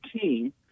team